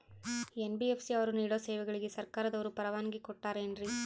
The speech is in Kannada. ಎನ್.ಬಿ.ಎಫ್.ಸಿ ಅವರು ನೇಡೋ ಸೇವೆಗಳಿಗೆ ಸರ್ಕಾರದವರು ಪರವಾನಗಿ ಕೊಟ್ಟಾರೇನ್ರಿ?